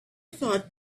thought